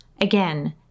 Again